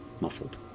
muffled